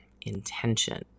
intention